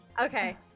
Okay